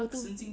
hougang